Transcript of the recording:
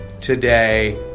today